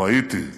או האיטי,